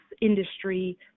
industry